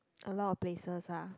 a lot of places ah